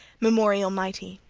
memorial mighty.